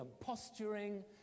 posturing